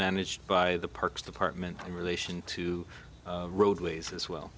managed by the parks department in relation to roadways as well